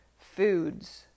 foods